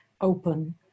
open